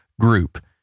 group